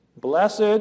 Blessed